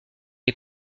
est